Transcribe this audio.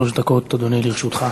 שלוש דקות, אדוני, לרשותך.